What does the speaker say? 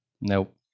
Nope